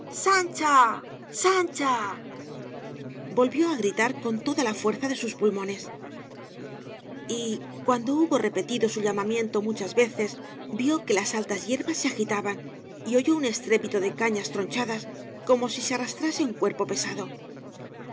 sancha sancha volvió á gritar con toda la fuerza de sus pulmones y cuando hubo repetido su llamamiento muchas veces vio que las altas hierbas se agitaban y oyó un estrépito de cañas tronchadas como si se arrastrase un cuerpo pesado